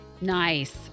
Nice